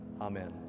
Amen